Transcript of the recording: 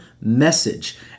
message